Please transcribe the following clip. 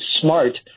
SMART